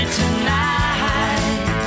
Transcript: tonight